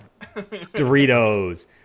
Doritos